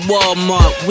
Walmart